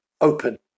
open